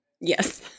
Yes